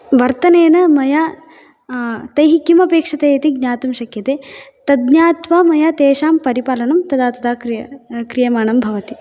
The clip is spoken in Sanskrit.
वर्तनेन मया तैः किम् अपेक्षते इति ज्ञातुं शक्यते तद् ज्ञात्वा मया तेषां परिपालनं तदा तदा क्रिय क्रियमाणं भवति